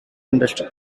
industry